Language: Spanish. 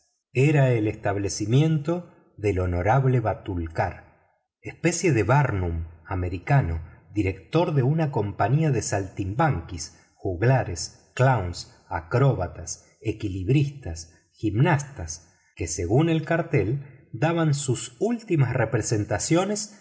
era el establecimiento del honorable batulcar especie de barnum americano director de una compañía de saltimbanquis juglares clowns acróbatas equilibristas gimnastas que según el cartel daban sus últimas representaciones